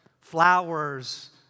flowers